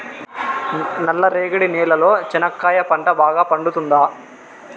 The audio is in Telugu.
నల్ల రేగడి నేలలో చెనక్కాయ పంట బాగా పండుతుందా?